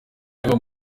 riba